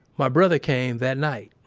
my brother came that night